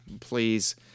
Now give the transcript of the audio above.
please